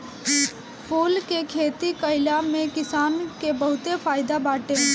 फूल के खेती कईला में किसान के बहुते फायदा बाटे